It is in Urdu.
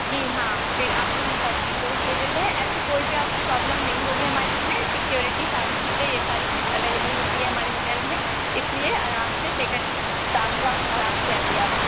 جی ہاں پھر آپ کو ہم ساری ڈیٹیلس دے دیتے ہیں ایسی کوئی بھی آپ کو پرابلم نہیں ہوگی ہمارے روم میں سکیورٹی ساری چیزیں یہ ساری چیز اویلیبل ہوتی ہے ہمارے ہوٹل میں اس لیے آرام سے ٹیک اٹ کام ڈاؤن آرام سے آئیے آپ